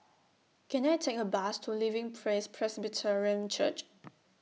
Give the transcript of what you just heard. Can I Take A Bus to Living Praise Presbyterian Church